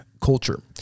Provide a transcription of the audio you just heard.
culture